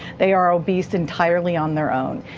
they are obese entirely on their own.